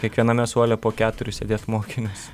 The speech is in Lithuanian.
kiekviename suole po keturis sėdėt mokinius